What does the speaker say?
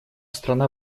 страна